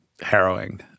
harrowing